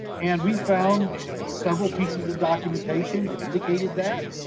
and we found several pieces of documentation that indicated that.